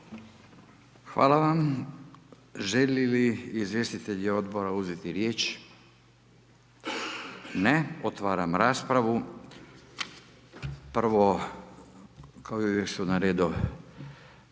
Hvala vam. Želi li izvjestitelji odbora uzeti riječ? Ne, otvaram raspravu, prvo, kao i uvijek su na redu